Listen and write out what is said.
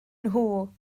nhw